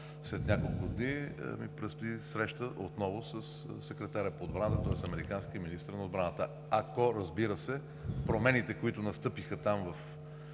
След няколко дни ми предстои среща отново със секретаря по отбраната, тоест американският министър на отбраната. Ако, разбира се, промените, които настъпиха в